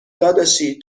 داداشی